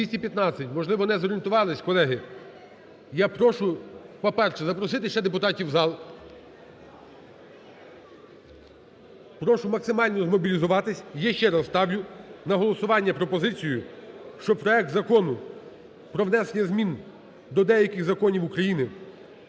За-215 Можливо, не зорієнтувалися, колеги. Я прошу, по-перше, запросити ще депутатів в зал. Прошу максимально змобілізуватися. Я ще раз ставлю на голосування пропозицію, що проект Законупро внесення змін до деяких законів України